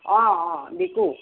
অঁ অঁ দিকু